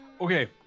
Okay